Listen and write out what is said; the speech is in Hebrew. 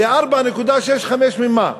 זה 4.65% ממה?